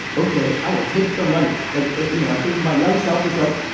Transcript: ok, i will take the money. like, you know, i think my young self was like,